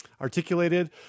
articulated